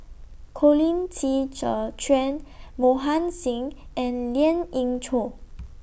Colin Qi Zhe Quan Mohan Singh and Lien Ying Chow